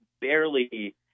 barely